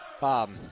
Bob